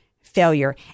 failure